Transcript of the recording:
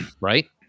Right